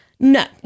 No